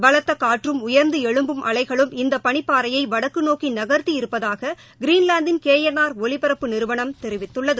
பலத்த காற்றும் உயர்ந்து எழும்பும் அலைகளும் இந்த பனிப்பாறையை வடக்கு நோக்கி நகர்த்தியிருப்பதாக கிரீன்லாந்தின் கே என் ஆர் ஒலிப்பரப்பு நிறுவனம் தெரிவித்துள்ளது